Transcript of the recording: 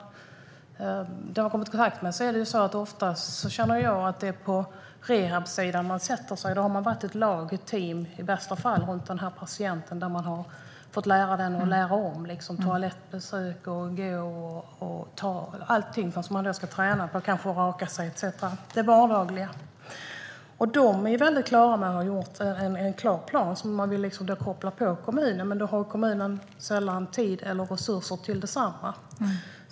Det jag har kommit i kontakt med är att man oftast sätter sig på rehabsidan. Där har de varit ett lag, ett team, som i bästa fall hållit i patienten. De har fått lära patienten att lära om. Det har gällt toalettbesök, att gå, tala och allting. Patienten får kanske träna sig att raka sig etcetera, det vardagliga. De är väldigt klara med att ha gjort en klar plan som de vill koppla på kommunen. Men där har kommunen sällan tid eller resurser till detsamma.